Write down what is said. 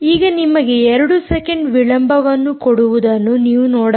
ಇದು ನಿಮಗೆ 2 ಸೆಕೆಂಡ್ ವಿಳಂಬವನ್ನು ಕೊಡುವುದನ್ನು ನೀವು ನೋಡಬಹುದು